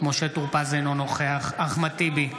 אינו משתתף בהצבעה אחמד טיבי,